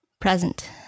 present